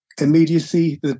immediacy